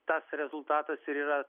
tas rezultatas ir yra